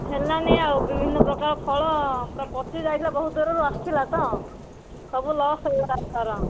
ହେଲାନି ଆଉ ବିଭିନ୍ନ ପ୍ରକାର ଫଳ ପୁରା ପଚି ଯାଇଥିଲା ବହୁତ ଦୂରରୁ ଆସିଥିଲା ତ ସବୁ ଲସ୍ ହେଇଗଲା ଏଥର